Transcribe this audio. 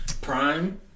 Prime